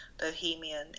bohemian